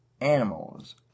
animals